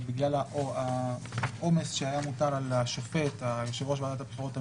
אולי כבר אני לא היושב-ראש --- ועדת משנה בוועדת הבחירות המרכזית?